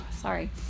sorry